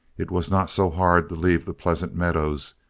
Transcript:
it was not so hard to leave the pleasant meadows.